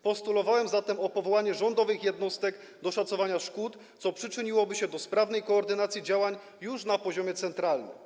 Postulowałem zatem powołanie rządowych jednostek do szacowania szkód, co przyczyniłoby się do sprawnej koordynacji działań już na poziomie centralnym.